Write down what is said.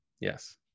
Yes